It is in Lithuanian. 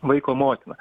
vaiko motina